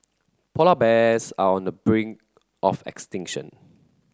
polar bears are on the brink of extinction